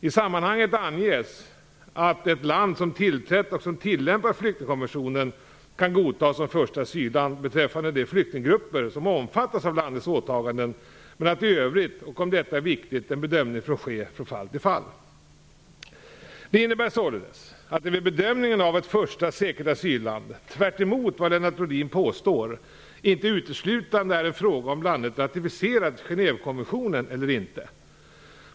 I sammanhanget anges att ett land som tillträtt och som tillämpar flyktingkonventionen kan godtas som första asylland beträffande de flyktinggrupper som omfattas av landets åtaganden men att i övrigt, och detta är viktigt, en bedömning får ske från fall till fall. Det innebär således att det vid bedömningen av ett första säkert asylland, tvärtemot vad Lennart Rohdin påstår, inte uteslutande är en fråga om landet ratificerat Genèvekonventionen eller inte.